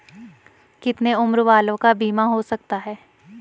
कितने उम्र वालों का बीमा हो सकता है?